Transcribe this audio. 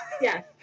Yes